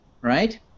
right